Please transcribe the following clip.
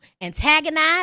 antagonize